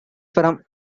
from